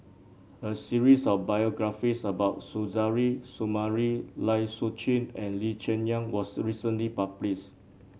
a series of biographies about Suzairhe Sumari Lai Siu Chiu and Lee Cheng Yan was recently published